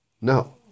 No